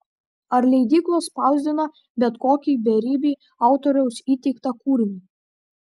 ar leidyklos spausdina bet kokį beribį autoriaus įteiktą kūrinį